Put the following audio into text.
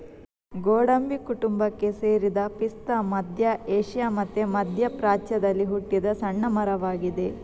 ಗೋಡಂಬಿ ಕುಟುಂಬಕ್ಕೆ ಸೇರಿದ ಪಿಸ್ತಾ ಮಧ್ಯ ಏಷ್ಯಾ ಮತ್ತೆ ಮಧ್ಯ ಪ್ರಾಚ್ಯದಲ್ಲಿ ಹುಟ್ಟಿದ ಸಣ್ಣ ಮರವಾಗಿದೆ